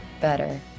better